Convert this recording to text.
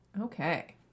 Okay